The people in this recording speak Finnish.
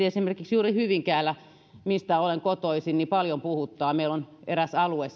esimerkiksi juuri hyvinkäällä mistä olen kotoisin paljon puhuttaa meillä on siellä eräs alue